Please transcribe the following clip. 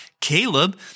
Caleb